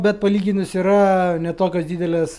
bet palyginus yra ne tokios didelės